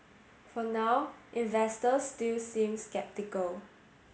for now investors still seem sceptical